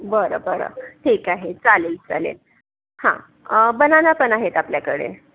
बरं बरं ठीक आहे चालेल चालेल हा बनाना पण आहेत आपल्याकडे